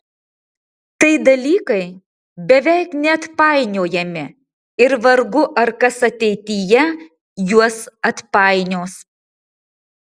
tai dalykai beveik neatpainiojami ir vargu ar kas ateityje juos atpainios